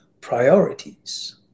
priorities